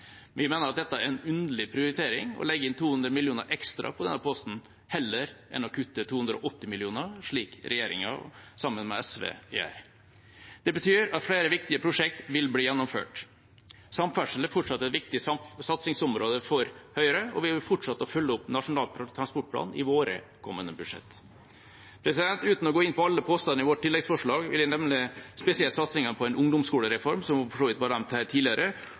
Vi mener dette er en underlig prioritering og legger inn 200 mill. kr ekstra på denne posten, heller enn å kutte 280 mill. kr, slik regjeringa sammen med SV gjør. Det betyr at flere viktige prosjekt vil bli gjennomført. Samferdsel er fortsatt et viktig satsingsområde for Høyre, og vi vil fortsette å følge opp Nasjonal transportplan i våre kommende budsjetter. Uten å gå inn på alle postene i vårt tilleggsforslag vil jeg nevne spesielt satsingen på en ungdomsskolereform, som for så vidt var nevnt her tidligere,